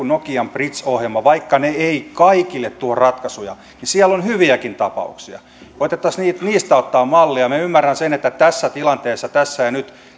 nokian bridge ohjelma vaikka ne eivät kaikille tuo ratkaisuja niin siellä on hyviäkin tapauksia koetettaisiin niistä ottaa mallia minä ymmärrän sen että tässä tilanteessa tässä ja nyt